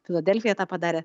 filadelfija tą padarė